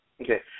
Okay